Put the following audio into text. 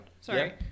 sorry